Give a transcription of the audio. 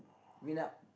meet up